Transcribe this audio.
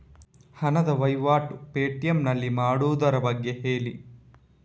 ಹಣದ ವಹಿವಾಟು ಪೇ.ಟಿ.ಎಂ ನಲ್ಲಿ ಮಾಡುವುದರ ಬಗ್ಗೆ ಹೇಳಿ